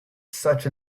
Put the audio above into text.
such